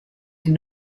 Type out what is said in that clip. and